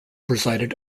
presided